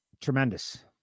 Tremendous